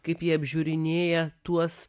kaip jie apžiūrinėja tuos